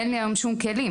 אין לי היום שום כלים.